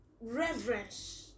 reverence